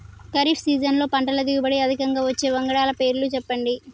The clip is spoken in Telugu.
ఖరీఫ్ సీజన్లో పంటల దిగుబడి అధికంగా వచ్చే వంగడాల పేర్లు చెప్పండి?